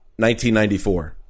1994